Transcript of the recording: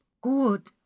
good